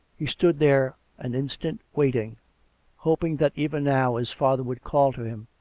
he stood there an instant, waiting hoping that even now his father would call to him